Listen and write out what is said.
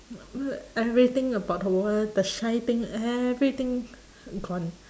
everything about the wha~ the shy thing everything gone